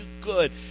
good